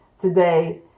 today